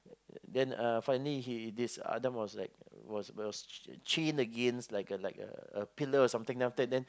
then uh finally he this Adam was like was was chained against like a like a pillar or something then